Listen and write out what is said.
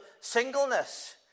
singleness